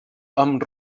amb